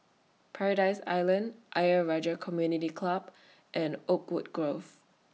Paradise Island Ayer Rajah Community Club and Oakwood Grove